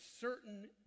certain